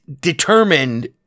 determined